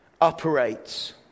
operates